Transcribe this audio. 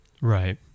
Right